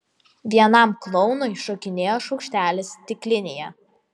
vienam klounui šokinėjo šaukštelis stiklinėje